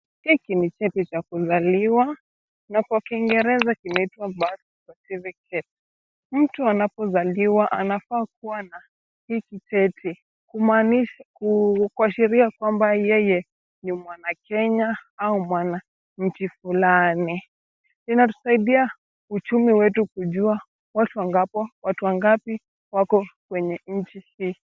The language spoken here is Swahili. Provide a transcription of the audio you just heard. Hiki ni cheti za kuzaliwa na kwa kingereza kinatwa birth certificate . Mtu anapozaliwa anafaa kuwa na hiki cheti. Kuashiria kwamba yeye ni mwanakenya au mwananchi fulani. Inatusaidia uchumi wetu kujua watu wangapi wako kwenye nchi hii.